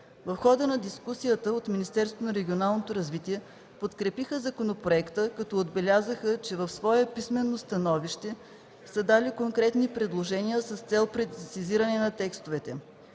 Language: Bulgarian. регионалното развитие подкрепиха законопроекта, като отбелязаха че в свое писмено становище са дали конкретни предложения с цел прецизиране на текстовете.